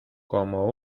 como